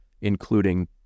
including